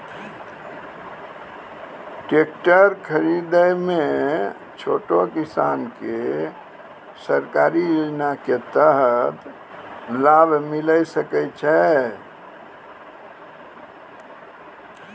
Tractor खरीदै मे छोटो किसान के सरकारी योजना के तहत लाभ मिलै सकै छै?